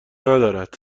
ندارد